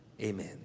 Amen